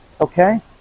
okay